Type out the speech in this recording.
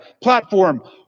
platform